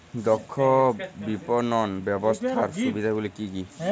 দক্ষ বিপণন ব্যবস্থার সুবিধাগুলি কি কি?